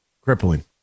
Crippling